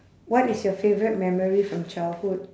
what is your favourite memory from childhood